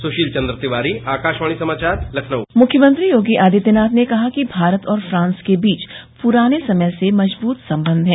सुशील चन्द तिवारी आकाशवाणी समाचार लखनऊ मुख्यमंत्री योगी आदित्यनाथ ने कहा कि भारत और फ्रांस के बीच पुराने समय से मजबूत संबंध है